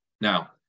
Now